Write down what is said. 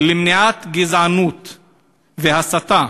למניעת גזענות והסתה?